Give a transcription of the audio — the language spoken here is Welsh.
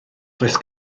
does